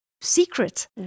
secret